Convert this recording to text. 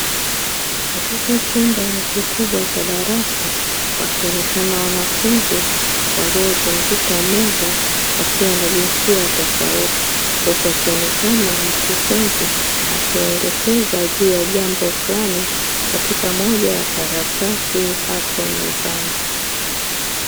Katika chumba kikubwa cha darasa wakionekana wanafunzi waliozunguka meza, wakiwa na jisia tofauti. Huku akionekana mkufunzi akiwaelekeza juu ya jambo fulani katika moja ya karatasi hapo mezani.